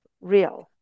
real